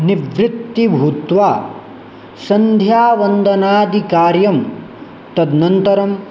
निवृत्तिभूत्वा सन्ध्यावन्दनादिकार्यं तद्ननतरम्